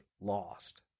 lost